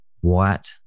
white